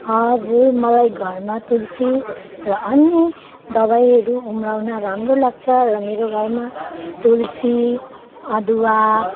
हजुर मलाई घरमा तुलसी र अन्य दबाईहरू उमार्न राम्रो लाग्छ र मेरो घरमा तुलसी अदुवा